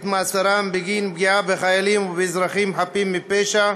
מאסרם בגין פגיעה בחיילים ובאזרחים חפים מפשע,